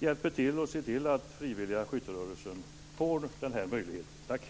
hjälper till och ser till att Frivilliga Skytterörelsen får den här möjligheten.